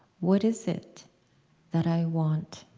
what is it that i want?